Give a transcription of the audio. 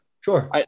Sure